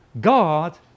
God